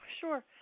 sure